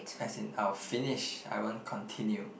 as in I will finish I won't continue